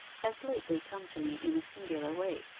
has lately come to me in a singular way.